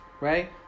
Right